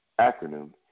acronym